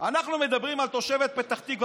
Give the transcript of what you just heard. אנחנו מדברים על תושבת פתח תקווה,